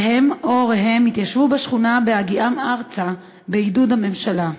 והם או הוריהם התיישבו בשכונה בהגיעם ארצה בעידוד הממשלה.